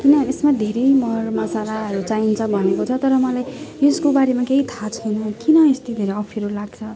किन अब यसमा धेरै मरमसलाहरू चाहिन्छ भनेको छ तर मलाई यसको बारेमा केही थाहा छैन किन यस्तो धेरै अप्ठ्यारो लाग्छ